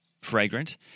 fragrant